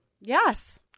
yes